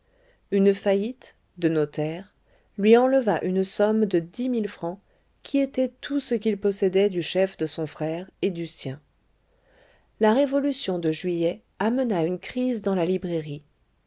mabeuf une faillite de notaire lui enleva une somme de dix mille francs qui était tout ce qu'il possédait du chef de son frère et du sien la révolution de juillet amena une crise dans la librairie